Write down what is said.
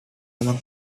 among